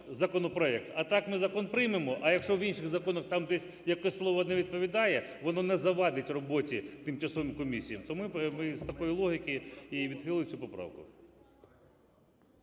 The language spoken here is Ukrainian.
А так ми закон приймемо. А якщо в інших законах там десь яке слово не відповідає, воно не завадить роботи тимчасовим комісіям. Тому ми з такої логіки і відхилили цю поправку.